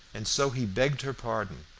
and so he begged her pardon,